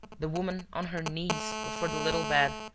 the woman, on her knees before the little bed,